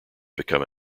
become